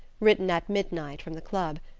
written at midnight from the club.